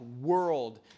world